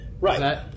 Right